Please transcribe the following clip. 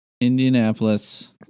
Indianapolis